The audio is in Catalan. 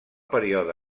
període